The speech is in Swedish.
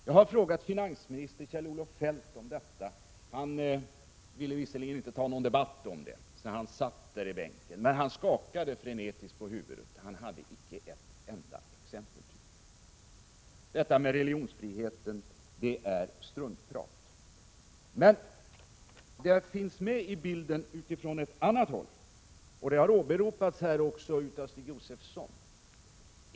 Jag har frågat finansminister Kjell-Olof Feldt om detta. Han ville visserligen inte ta någon debatt utan satt kvar i bänken, men han skakade frenetiskt på huvudet. Han hade tydligen icke ett enda exempel. Religionsfriheten som skäl för att flytta folkbokföringen är struntprat. Men religionen finns med i bilden utifrån en annan synvinkel. Det har åberopats av Stig Josefson.